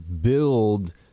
build